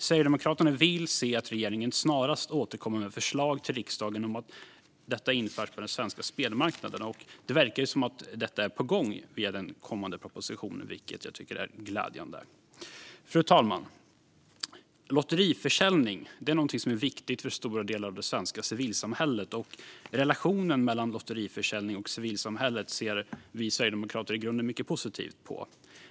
Sverigedemokraterna vill se att regeringen snarast återkommer med förslag till riksdagen om att detta införs på den svenska spelmarknaden. Och det verkar som att detta är på gång i den kommande propositionen, vilket jag tycker är glädjande. Fru talman! Lotteriförsäljning är någonting som är viktigt för stora delar av det svenska civilsamhället. Och relationen mellan lotteriförsäljning och civilsamhället ser vi sverigedemokrater i grunden mycket positivt på.